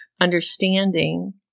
understanding